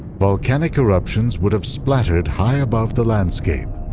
volcanic eruptions would have splattered high above the landscape.